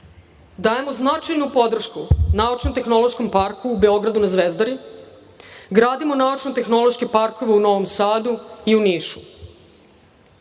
Dajemo značajnu podršku naučno-tehnološkom parku u Beogradu na Zvezdari, gradimo naučno-tehnološke parkove u Novom Sadu i u